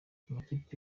amakipe